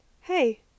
Hey